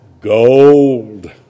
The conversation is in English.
gold